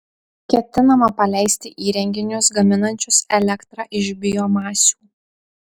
ketinama paleisti įrenginius gaminančius elektrą iš biomasių